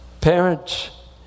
Parents